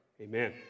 amen